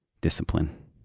discipline